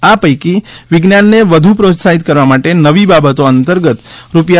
આ પૈકી વિજ્ઞાનને વધુ પ્રોત્સાહિત કરવા માટે નવી બાબતો અંતર્ગત રૂા